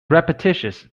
repetitious